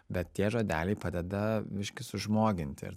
bet tie žodeliai padeda biškį sužmoginti ir